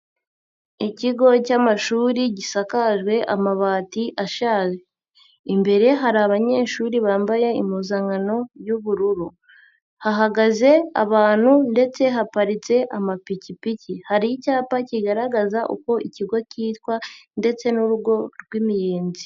Ikigo cy'amashuri gisakajwe amabati ashaje, imbere hari abanyeshuri bambaye impuzankano y'ubururu, hahagaze abantu ndetse haparitse amapikipiki, hari icyapa kigaragaza uko ikigo kitwa ndetse n'urugo rw'imiyezi.